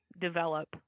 develop